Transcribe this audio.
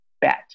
bet